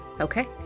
Okay